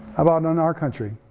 about in our country?